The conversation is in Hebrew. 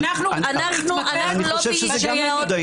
אנחנו התמקדנו --- אני חושב שזה גם מיקוד העניין.